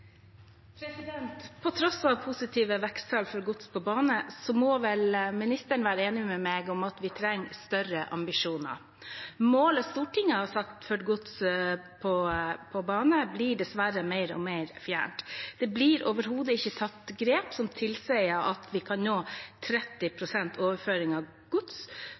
På tross av positive veksttall for gods på bane må vel ministeren være enig med meg i at vi trenger større ambisjoner. Målet Stortinget har satt for gods på bane blir dessverre mer og mer fjernt. Det blir overhodet ikke tatt grep som tilsier at vi kan nå 30 pst. overføring av gods